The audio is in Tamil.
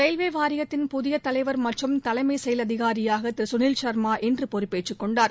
ரயில்வே வாரியத்தின் புதிய தலைவர் மற்றும் தலைஎமச் செயல் அதிகாரியாக திரு சுனில் சர்மா இன்று பொறுப்பேற்றுக் கொண்டார்